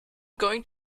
going